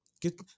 Get